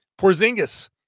Porzingis